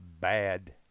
bad